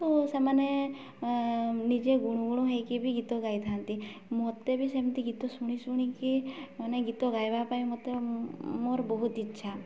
ତ ସେମାନେ ନିଜେ ଗୁଣୁଗୁଣ ହେଇକି ବି ଗୀତ ଗାଇଥାନ୍ତି ମୋତେ ବି ସେମିତି ଗୀତ ଶୁଣି ଶୁଣିକି ମାନେ ଗୀତ ଗାଇବା ପାଇଁ ମୋତେ ମୋର ବହୁତ ଇଚ୍ଛା